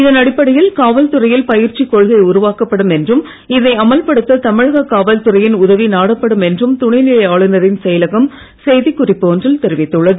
இதன் அடிப்படையில் காவல்துறையில் பயிற்சி கொள்கை உருவாக்கப்படும் என்றும் இதை அமல்படுத்த தமிழக காவல்துறையின் உதவி நாடப்படும் என்றும் துணைநிலை ஆளுநரின் செயலகம் செய்திக்குறிப்பு ஒன்றில் தெரிவித்துள்ளது